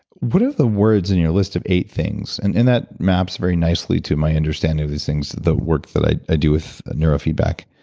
what are the words in your list of eight things and that map's very nicely to my understanding of these things. the work that i i do with neurofeedback